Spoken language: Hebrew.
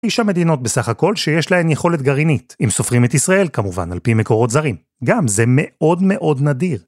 תשע מדינות בסך הכל שיש להן יכולת גרעינית, אם סופרים את ישראל, כמובן על פי מקורות זרים. גם, זה מאוד מאוד נדיר.